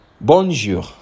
bonjour